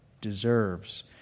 deserves